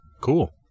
cool